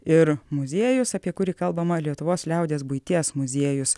ir muziejus apie kurį kalbama lietuvos liaudies buities muziejus